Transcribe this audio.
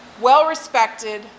well-respected